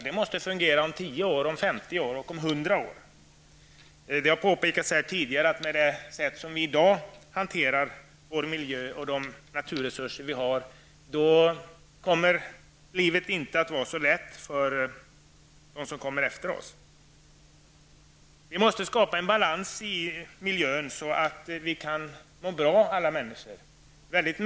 De måste fungera om 10, 50 och 100 år. Det har påpekats tidigare att med det sätt som vi i dag hanterar vår miljö och våra naturresurser på kommer livet inte att vara så lätt för dem som kommer efter oss. Vi måste skapa en balans i miljön, så att alla människor kan må bra.